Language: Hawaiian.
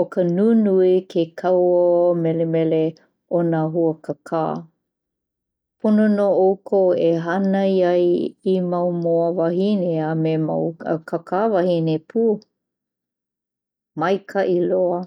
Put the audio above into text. ʻO ka nunui ke kauō melemele o nā hua kakā. Pono nō ʻoukou e hānai ai i mau moa wahine a me mau kakā wahine pū! Maikaʻi loa!